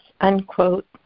unquote